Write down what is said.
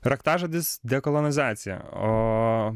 raktažodis dekolonizacija o